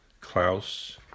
Klaus